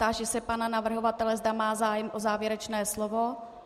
Táži se pana navrhovatele, zda má zájem o závěrečné slovo.